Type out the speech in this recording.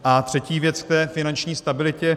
A třetí věc k té finanční stabilitě.